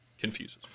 confuses